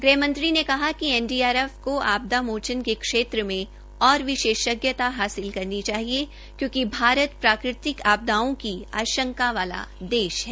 गृह मंत्री ने कहा कि एनडीआरएफ को आपदा मोचन के क्षेत्र में और विशेषज्ञता हासिल करनी चाहिए क्योंकि भारत प्राकृतिक आपदाओं की आशंका वाला देश है